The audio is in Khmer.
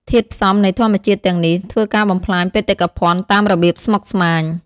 ធាតុផ្សំនៃធម្មជាតិទាំងនេះ ធ្វើការបំផ្លាញបេតិកភណ្ឌតាមរបៀបស្មុគស្មាញ។